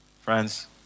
Friends